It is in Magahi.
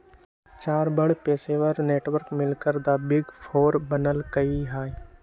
चार बड़ पेशेवर नेटवर्क मिलकर द बिग फोर बनल कई ह